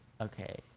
Okay